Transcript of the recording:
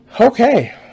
okay